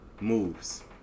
moves